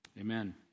Amen